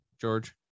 George